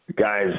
Guys